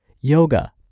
yoga